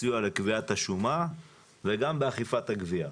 בסיוע לקביעת השומה וגם באכיפת הגבייה.